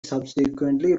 subsequently